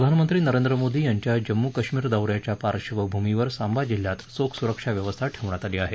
प्रधानमंत्री नरेंद्र मोदी यांच्या जम्मू कश्मीर दौ याच्या पार्श्वभूमीवर सांबा जिल्ह्यात चोख सुरक्षा व्यवस्था ठेवण्यात आली आहे